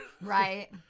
Right